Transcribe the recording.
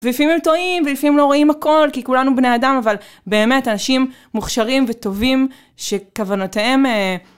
ולפעמים הם טועים ולפעמים לא רואים הכל כי כולנו בני אדם אבל באמת אנשים מוכשרים וטובים שכוונותיהם